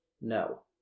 no